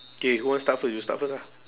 K who want start first you start first ah